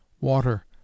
water